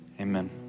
amen